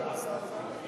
עוברים